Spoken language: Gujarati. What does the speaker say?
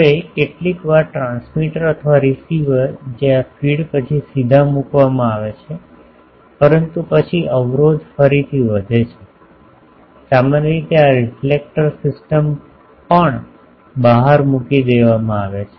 હવે કેટલીકવાર ટ્રાંસ્મીટર અથવા રીસીવર જે આ ફીડ પછી સીધા મૂકવામાં આવે છે પરંતુ પછી અવરોધ ફરીથી વધે છે સામાન્ય રીતે આ રીફ્લેક્ટર સિસ્ટમ્સ પણ બહાર મૂકી દેવામાં આવે છે